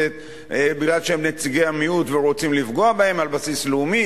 בגלל שהם נציגי המיעוט ורוצים לפגוע בהם על בסיס לאומי,